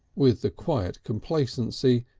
with the quiet complacency,